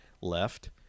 left